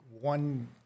one